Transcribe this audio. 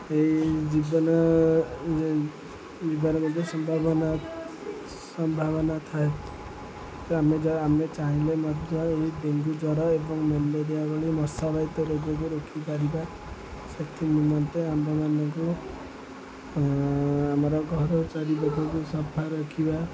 ଏହି ଜୀବନ ଯିବାର ମଧ୍ୟ ସମ୍ଭାବନା ସମ୍ଭାବନା ଥାଏ ଆମେ ଆମେ ଚାହିଁଲେ ମଧ୍ୟ ଏହି ଡେଙ୍ଗୁ ଜ୍ୱର ଏବଂ ମ୍ୟାଲେରିଆ ଭଳି ମଶାବାହିତ ରୋଗକୁ ରୋକିପାରିବା ସେଥି ନିମନ୍ତେ ଆମ୍ଭମାନଙ୍କୁ ଆମର ଘର ଚାରିପାଖକୁ ସଫା ରଖିବା